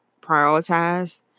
prioritized